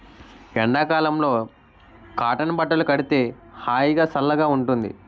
ఎండ కాలంలో కాటన్ బట్టలు కడితే హాయిగా, సల్లగా ఉంటుంది